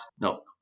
no